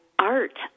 art